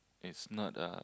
it's not a